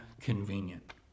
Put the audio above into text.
convenient